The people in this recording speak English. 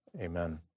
Amen